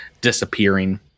disappearing